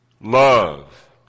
Love